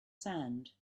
sand